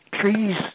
trees